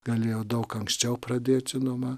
galėjo daug anksčiau pradėt žinoma